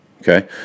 Okay